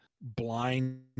blind